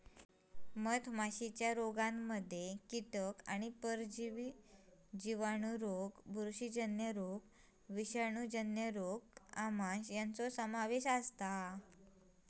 मधमाशीच्या रोगांमध्ये कीटक आणि परजीवी जिवाणू रोग बुरशीजन्य रोग विषाणूजन्य रोग आमांश यांचो समावेश असता